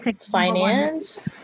Finance